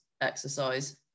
exercise